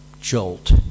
jolt